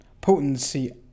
potency